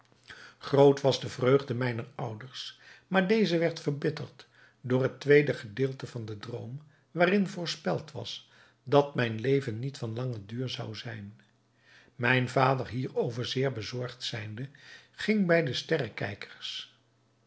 groot was de vreugde mijner ouders maar deze werd verbitterd door het tweede gedeelte van den droom waarin voorspeld was dat mijn leven niet van langen duur zou zijn mijn vader hierover zeer bezorgd zijnde ging bij de